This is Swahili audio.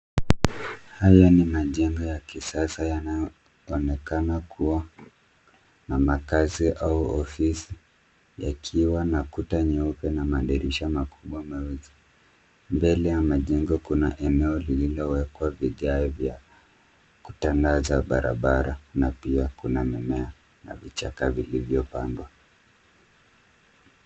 Haya ni majengo ya kisasa yanayoonekana kuwa na makazi au ofisi yakiwa na kuta nyeupe na madirisha makubwa meusi .Mbele ya majengo kuna eneo lililowekwa vigae vya kutandaza barabara na pia kuna mimea na vichaka vilivyopandwa.